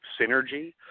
synergy